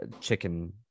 chicken